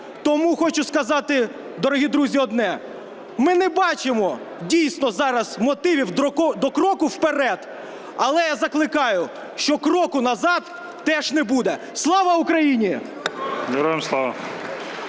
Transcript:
Тому хочу сказати, дорогі друзі, одне: ми не бачимо дійсно зараз мотивів до кроку вперед, але я закликаю, що кроку назад теж не буде. Слава Україні!